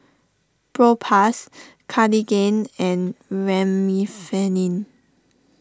Propass Cartigain and Remifemin